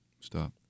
Stop